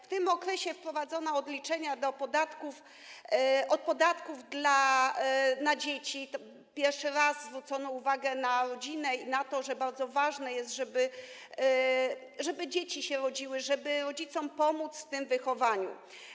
W tym okresie wprowadzono odliczenia od podatku na dzieci, pierwszy raz zwrócono uwagę na rodzinę i na to, że bardzo ważne jest, żeby dzieci się rodziły, żeby rodzicom pomóc w tym wychowaniu.